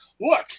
Look